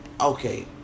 Okay